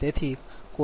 38 0